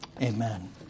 amen